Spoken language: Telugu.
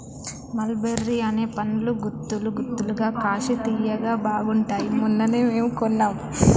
మల్ బెర్రీ అనే పండ్లు గుత్తులు గుత్తులుగా కాశి తియ్యగా బాగుంటాయ్ మొన్ననే మేము కొన్నాం